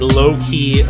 low-key